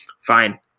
fine